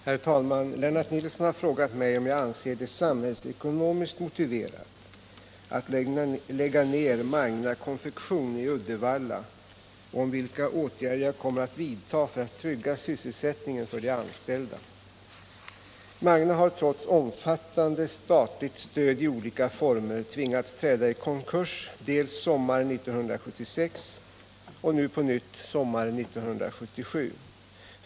Herr talman! Lennart Nilsson har frågat mig om jag anser det samhällsekonomiskt motiverat att lägga ner Magna Konfektion i Uddevalla och om vilka åtgärder jag kommer att vidta för att trygga sysselsättningen för de anställda. Magna har trots omfattande statligt stöd i olika former tvingats träda i konkurs dels sommaren 1976, dels nu på nytt sommaren 1977.